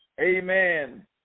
amen